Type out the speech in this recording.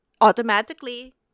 Automatically